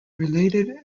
related